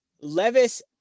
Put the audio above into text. Levis